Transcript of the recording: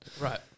Right